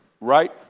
right